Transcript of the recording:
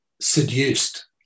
seduced